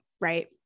right